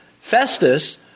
Festus